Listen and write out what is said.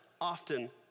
often